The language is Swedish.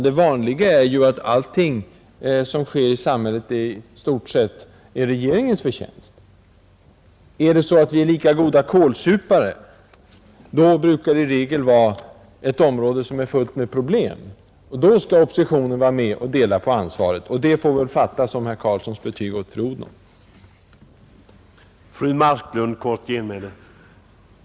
Det vanliga är att man säger, att det som sker i samhället i stort sett är regeringens förtjänst. Säger man att vi är lika goda kålsupare brukar det gälla ett område som är fullt med problem — då skall oppositionen vara med och dela på ansvaret. Detta får väl fattas som herr Karlssons betyg åt fru Odhnoff.